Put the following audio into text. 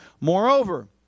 Moreover